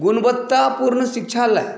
गुणवत्तापूर्ण शिक्षा लए